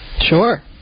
Sure